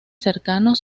cercanos